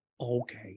Okay